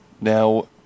Now